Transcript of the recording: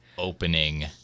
opening